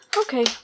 Okay